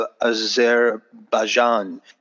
Azerbaijan